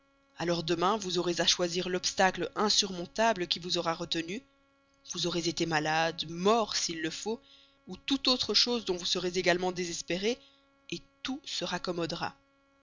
alors demain vous aurez à choisir l'obstacle insurmontable qui vous aura retenu vous aurez été malade mort s'il le faut ou toute autre chose dont vous serez également désespéré tout se raccommodera